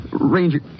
Ranger